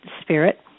spirit